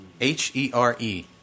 H-E-R-E